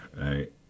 right